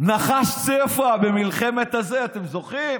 נחש צפע במלחמת המפרץ, זוכרים?